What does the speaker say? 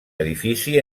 edifici